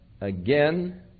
again